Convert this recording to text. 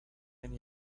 and